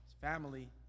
family